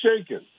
shaken